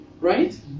right